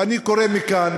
ואני קורא מכאן,